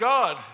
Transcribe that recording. God